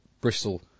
Bristol